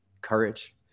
courage